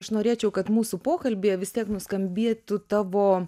aš norėčiau kad mūsų pokalbyje vis tiek nuskambėtų tavo